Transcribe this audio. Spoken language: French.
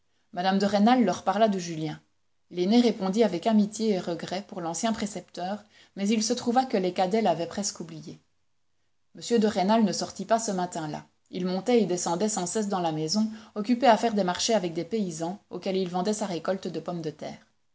mme de rênal leur parla de julien l'aîné répondit avec amitié et regrets pour l'ancien précepteur mais il se trouva que les cadets l'avaient presque oublié m de rênal ne sortit pas ce matin-là il montait et descendait sans cesse dans la maison occupé à faire des marchés avec des paysans auxquels il vendait sa récolte de pommes de terre